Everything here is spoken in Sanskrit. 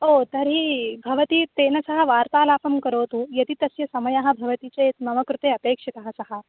ओ तर्हि भवती तेन सह वार्तालापं करोतु यदि तस्य समयः भवति चेत् मम कृते अपेक्षितः सः